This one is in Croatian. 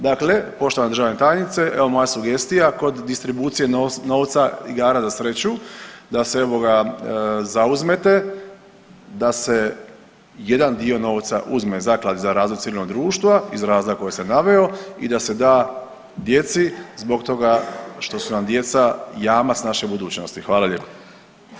Dakle, poštovana državna tajnice, evo moja sugestija kod distribucije novca igara za sreću da se evo ga zauzmete da se jedan dio novca uzme Zakladi za razvoj civilnog društva iz razloga kojeg sam naveo i da se da djeci zbog toga što su nam djeca jamac naše budućnosti, hvala lijepo.